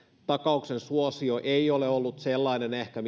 takauksen suosio ei ole ollut ehkä